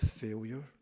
failure